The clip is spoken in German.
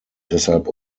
deshalb